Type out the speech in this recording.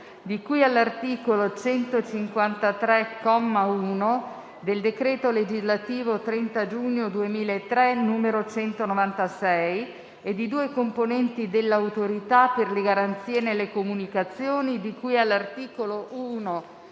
di cui all'articolo 153, comma 1, del decreto legislativo 30 giugno 2003, n. 196, e di due componenti dell'Autorità per le garanzie nelle comunicazioni, di cui all'articolo 1,